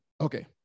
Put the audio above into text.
Okay